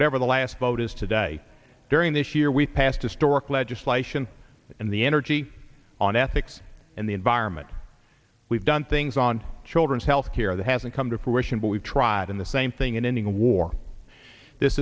whatever the last vote is today during this year we passed historic legislation in the energy on ethics and the environment we've done things on children's health care that hasn't come to fruition but we've tried in the same thing in ending a war this